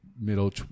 middle